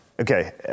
okay